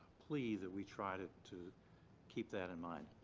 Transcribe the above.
plea that we try to to keep that in mind.